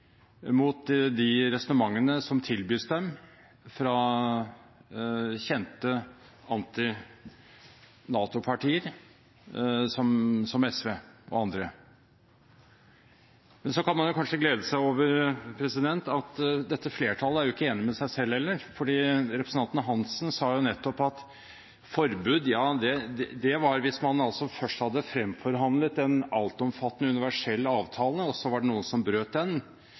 mot de resonnementene som tilbys dem fra kjente anti-NATO-partier som SV og andre. Men så kan man kanskje glede seg over at dette flertallet ikke er enig med seg selv heller, for representanten Hansen sa nettopp at forbud var det hvis man først hadde fremforhandlet en altomfattende, universell avtale og det så var noen som brøt den